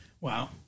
Wow